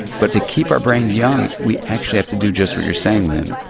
but to keep our brains young we actually have to do just what you're saying, lynne,